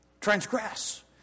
transgress